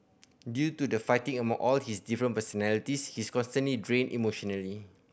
due to the fighting among all his different personalities he's constantly drained emotionally